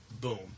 boom